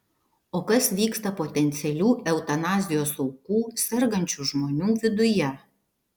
o kas vyksta potencialių eutanazijos aukų sergančių žmonių viduje